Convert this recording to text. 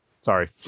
Sorry